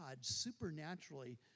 supernaturally